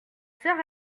sœur